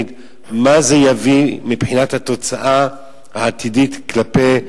ומה זה יביא מבחינת התוצאה העתידית כלפי,